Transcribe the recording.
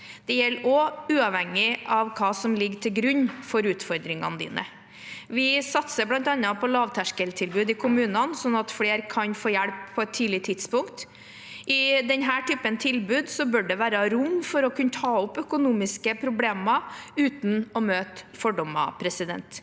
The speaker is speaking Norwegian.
Det gjelder også uavhengig av hva som ligger til grunn for utfordringene dine. Vi satser bl.a. på lavterskeltilbud i kommunene, slik at flere kan få hjelp på et tidlig tidspunkt. I denne typen tilbud bør det være rom for å kunne ta opp økonomiske problemer uten å møte fordommer.